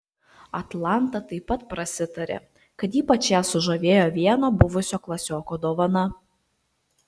atlanta taip pat prasitarė kad ypač ją sužavėjo vieno buvusio klasioko dovana